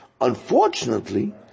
Unfortunately